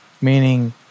meaning